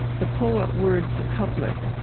the poet words a couplet,